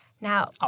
Now